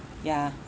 ya